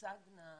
שתוצגנה התוכניות,